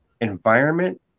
environment